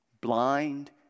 Blind